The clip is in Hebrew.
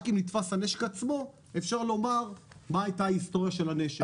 רק אם נתפס הנשק עצמו אפשר לומר מה הייתה ההיסטוריה של הנשק.